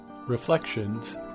Reflections